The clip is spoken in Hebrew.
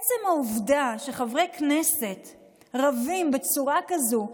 עצם העובדה שחברי כנסת רבים בצורה כזאת,